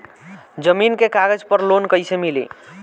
जमीन के कागज पर लोन कइसे मिली?